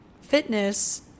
Fitness